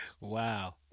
Wow